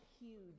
huge